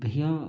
भैया